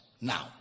Now